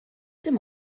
dim